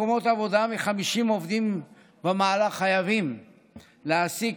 מקומות עבודה מ-50 עובדים ומעלה חייבים להעסיק